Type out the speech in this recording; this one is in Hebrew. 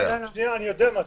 אני יודע מה התשובה.